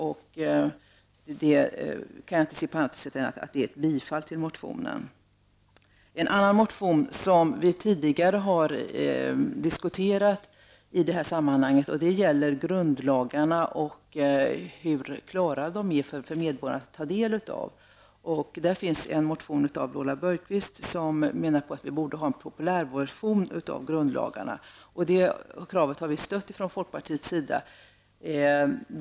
Jag kan som sagt inte se det på annat sätt än att det betyder bifall till motionen. En annan motion gäller en fråga som vi tidigare diskuterat i det här sammanhanget, nämligen hur klara grundlagarna är för medborgarna att ta del av. Där finns en motion av Lola Björkquist, som tycker att vi borde ha en populärversion av grundlagarna. Det har vi från folkpartiets sida stött.